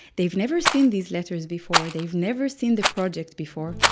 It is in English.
they've never seen these letters before, they've never seen the project before.